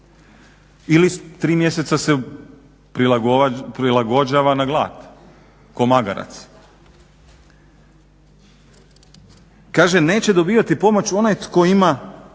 Ili 3 mjeseca se prilagođava na glad ko magarac. Kaže neće dobivati pomoć onaj tko ima